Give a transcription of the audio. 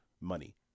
money